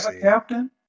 captain